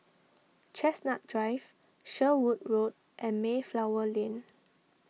Chestnut Drive Sherwood Road and Mayflower Lane